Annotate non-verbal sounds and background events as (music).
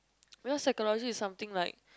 (noise) because psychology is something like